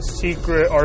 secret